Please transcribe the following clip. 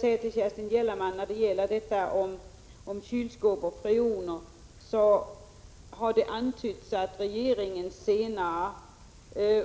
Till Kerstin Gellerman vill jag säga beträffande kylskåp och freoner: Det har antytts att regeringen senare